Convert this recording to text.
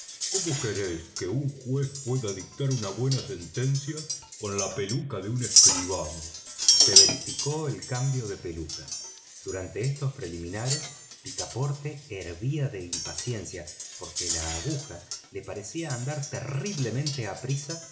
queréis que un juez pueda dictar una buena sentencia con la peluca de un escribano se verificó el cambio de pelucas durante estos preliminares picaporte hervía de impaciencia porque la aguja le parecía andar terriblemente aprisa